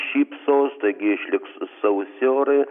šypsos taigi išliks sausi orai